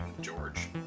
George